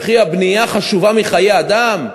וכי הבנייה חשובה מחיי אדם?